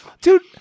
Dude